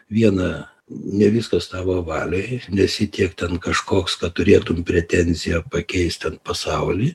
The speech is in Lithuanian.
viena ne viskas tavo valioj nesi tiek ten kažkoks kad turėtum pretenziją pakeist ten pasaulį